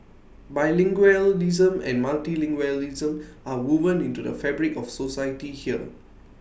bilingualism and Multilingualism are woven into the fabric of society here